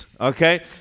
Okay